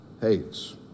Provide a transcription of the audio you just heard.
hates